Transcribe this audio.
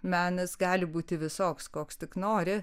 menas gali būti visoks koks tik nori